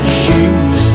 shoes